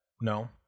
No